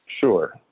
Sure